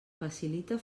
facilita